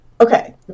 Okay